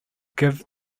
give